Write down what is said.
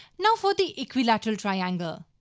now for the equilateral triangle.